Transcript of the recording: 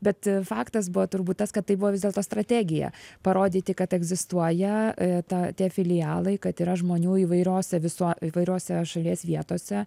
bet faktas buvo turbūt tas kad tai buvo vis dėlto strategija parodyti kad egzistuoja ta tie filialai kad yra žmonių įvairiose visuo įvairiose šalies vietose